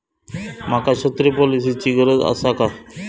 माका छत्री पॉलिसिची गरज आसा काय?